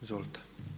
Izvolite.